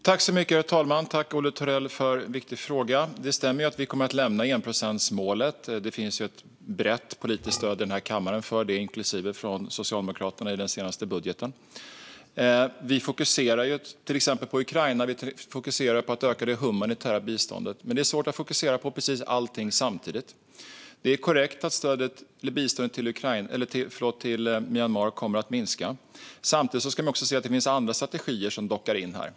Herr talman! Tack, Olle Thorell, för en viktig fråga! Det stämmer att vi kommer att lämna enprocentsmålet. Det finns ett brett politiskt stöd för det i den här kammaren, inklusive från Socialdemokraterna i deras senaste budget. Vi fokuserar till exempel på Ukraina. Vi fokuserar på att öka det humanitära biståndet. Men det är svårt att fokusera på precis allting samtidigt. Det är korrekt att biståndet till Myanmar kommer att minska. Samtidigt ska man se att det finns andra strategier som dockar in här.